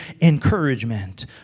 encouragement